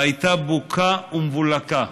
הייתה בוקה ומבולקה.